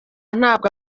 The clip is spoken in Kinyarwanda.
ntabwo